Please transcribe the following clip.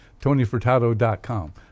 TonyFurtado.com